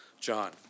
John